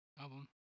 album